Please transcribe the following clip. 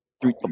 three